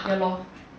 ya lor